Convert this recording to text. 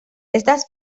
estas